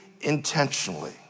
intentionally